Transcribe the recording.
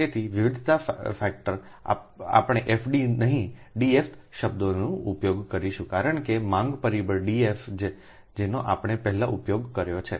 તેથી વિવિધતા ફેક્ટરી આપણે FD નહીં DF શબ્દનો ઉપયોગ કરીશું કારણ કે માંગ પરિબળ DF જેનો આપણે પહેલાં ઉપયોગ કર્યો છે